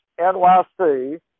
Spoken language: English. NYC